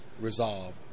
resolve